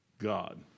God